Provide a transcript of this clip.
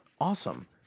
awesome